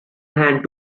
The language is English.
hand